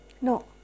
no